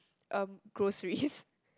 um groceries